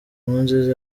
nkurunziza